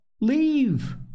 Leave